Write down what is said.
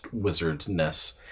wizardness